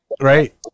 right